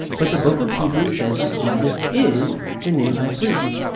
but the book of hebrews says that jesus is the new high priest.